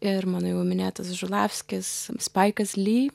ir mano jau minėtas žulavskis spaikas ly